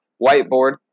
Whiteboard